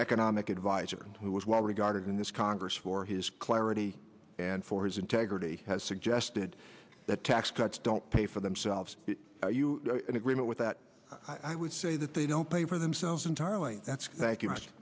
economic adviser who was well regarded in this congress for his clarity and for his integrity has suggested that tax cuts don't pay for themselves in agreement with that i would say that they don't pay for themselves entirely that's